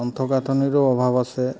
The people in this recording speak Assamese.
আন্তঃগাঁথনিৰো অভাৱ আছে